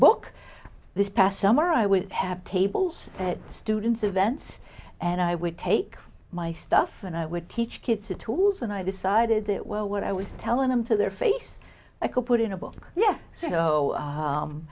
book this past summer i would have tables that students events and i would take my stuff and i would teach kids the tools and i decided that well what i was telling them to their face i could put in a book yeah so